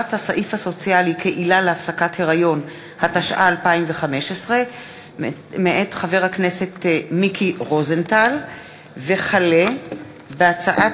לדיון מוקדם: החל בהצעת חוק פ/972/20 וכלה בהצעת